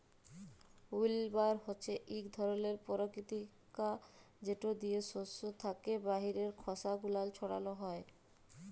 উইল্লবার হছে ইক ধরলের পরতিকিরিয়া যেট দিয়ে সস্য থ্যাকে বাহিরের খসা গুলান ছাড়ালো হয়